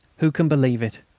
who can believe it?